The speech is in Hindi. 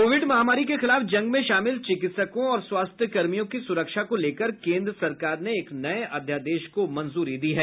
कोविड महामारी के खिलाफ जंग में शामिल चिकित्सकों और स्वास्थ्य कर्मियों की सुरक्षा को लेकर कोन्द्र सरकार ने एक नये अध्यादेश को मंजूरी दी है